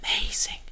amazing